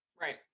Right